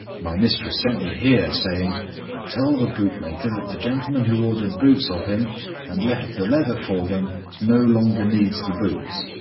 my mistress sent me here, saying tell the bootmaker that the gentleman who ordered boots of him and left the leather for them no longer needs the boots,